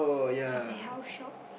at the health shop